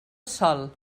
sol